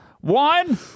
one